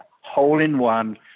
hole-in-one